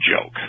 joke